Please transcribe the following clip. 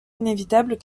inévitables